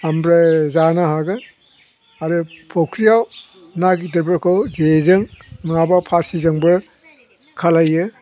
आमफ्राय जानो हागोन आरो फुख्रियाव ना गिदिरफोरखौ जेजों नङाब्ला फासिजोंबो खालायो